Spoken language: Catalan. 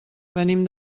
venim